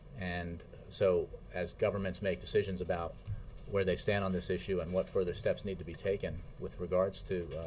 and so as governments make decisions about where they stand on this issue and what further steps need to be taken with regards to